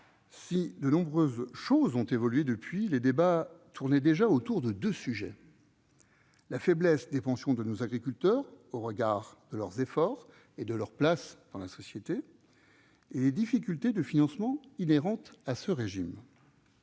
Si bien des choses ont évolué depuis lors, les débats tournaient déjà autour de deux sujets : la faiblesse des pensions de nos agriculteurs au regard de leurs efforts et de leur place dans la société ; les difficultés de financement inhérentes à ce régime.